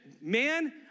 man